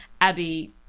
abby